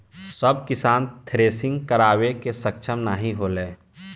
सब किसान थ्रेसिंग करावे मे सक्ष्म नाही होले